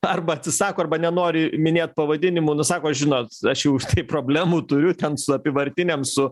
arba atsisako arba nenori minėt pavadinimų nu sako žinot aš jau už tai problemų turiu ten su apyvartinėm su